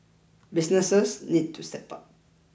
businesses need to step up